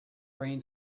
brain